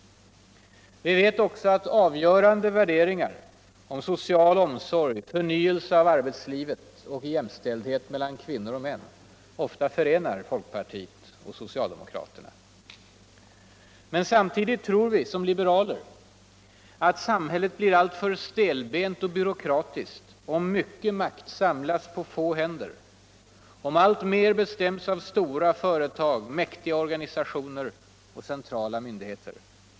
Vi vet också att uvgörande värderingar om social omsorg, förnyelse av arbetslivet och jämställdhet mellan kvinnor och min ofta förenar folkpartiet och socialdemokraterna. Men samtidigt tror vi som liberaler att samhället blir allför stelbent och byråkratiskt om mycket makt samlas på få händer, om alltmer bestilms av stora företag. mäktiga organisationer och centrala myndigheter.